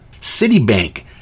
Citibank